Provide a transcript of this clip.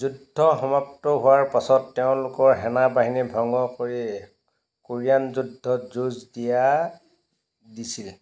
যুদ্ধ সমাপ্ত হোৱাৰ পাছত তেওঁলোকৰ সেনা বাহিনী ভংগ কৰি কোৰিয়ান যুদ্ধত যুঁজ দিয়া দিছিল